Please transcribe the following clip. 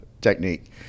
technique